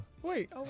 Wait